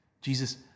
Jesus